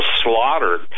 slaughtered